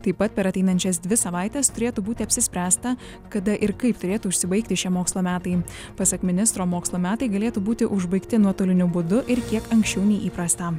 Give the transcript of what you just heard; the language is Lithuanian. taip pat per ateinančias dvi savaites turėtų būti apsispręsta kada ir kaip turėtų užsibaigti šie mokslo metai pasak ministro mokslo metai galėtų būti užbaigti nuotoliniu būdu ir kiek anksčiau nei įprasta